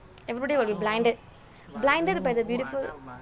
everybody will be blinded blinded by the beautiful